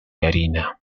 harina